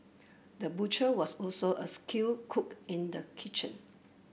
the butcher was also a skilled cook in the kitchen